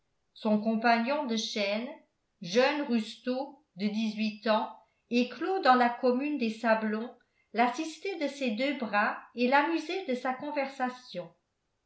son compagnon de chaîne jeune rustaud de dix-huit ans éclos dans la commune des sablons l'assistait de ses deux bras et l'amusait de sa conversation